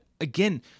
again